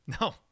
No